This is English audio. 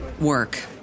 work